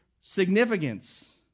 significance